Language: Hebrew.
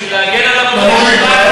בשביל להגן על המורים.